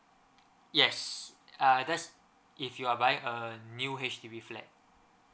yes uh that's if you are buying a new H_D_B flat